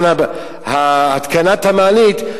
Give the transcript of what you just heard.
בזמן התקנת המעלית,